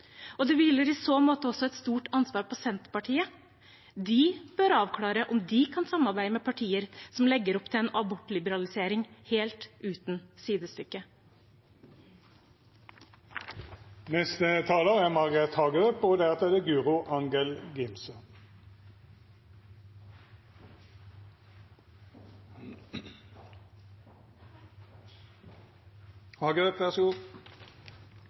Det hviler i så måte også et stort ansvar på Senterpartiet. De bør avklare om de kan samarbeide med partier som legger opp til en abortliberalisering helt uten sidestykke. Vi er i hjemmekontorets tidsalder, og sjelden har arbeidslivet i Norge hatt en større andel universelt utformede arbeidsplasser. Det